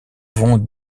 vont